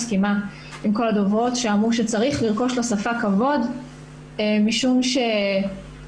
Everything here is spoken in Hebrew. מסכימה עם כל הדוברות שאמרו שצריך לרחוש כבוד לשפה משום שלא